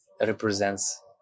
represents